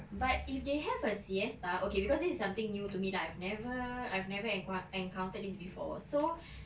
but if they have a siesta okay because this is something new to me lah I've never I've never en~ encountered this before so